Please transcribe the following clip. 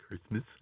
Christmas